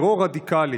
טרור רדיקלי,